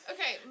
Okay